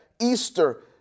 Easter